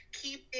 keep